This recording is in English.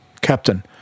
Captain